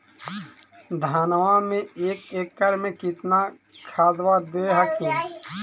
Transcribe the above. धनमा मे एक एकड़ मे कितना खदबा दे हखिन?